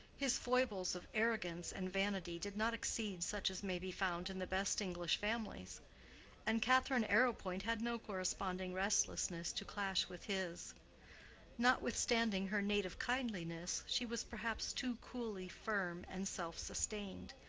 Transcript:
his foibles of arrogance and vanity did not exceed such as may be found in the best english families and catherine arrowpoint had no corresponding restlessness to clash with his notwithstanding her native kindliness she was perhaps too coolly firm and self-sustained.